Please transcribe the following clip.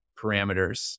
parameters